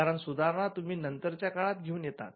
कारण सुधारणा तुम्ही नंतरच्या काळात घेऊन येतात